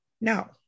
No